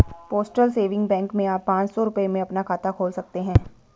postal saving bank में आप पांच सौ रूपये में अपना खाता खोल सकते हैं